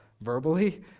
verbally